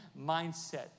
mindset